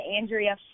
Andrea